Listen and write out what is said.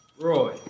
Roy